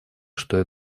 что